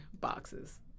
boxes